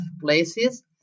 places